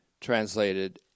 translated